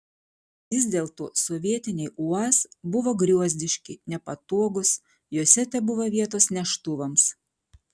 vis dėlto sovietiniai uaz buvo griozdiški nepatogūs juose tebuvo vietos neštuvams